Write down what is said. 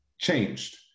changed